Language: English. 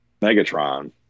Megatron